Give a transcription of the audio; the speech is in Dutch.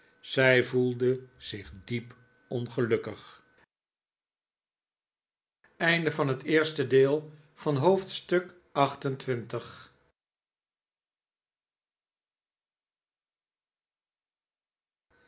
zij voelde zich diep ongelukkig